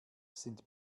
sind